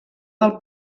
del